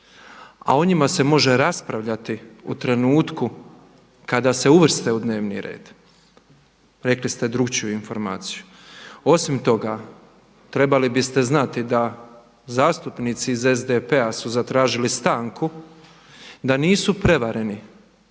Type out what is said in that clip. a o njima se može raspravljati u trenutku kada se uvrste u dnevni red, rekli ste drukčiju informaciju. Osim toga trebali biste znati da zastupnici iz SDP-a su zatražili stanku jer nisu prevareni